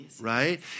right